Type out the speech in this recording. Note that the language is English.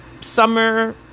summer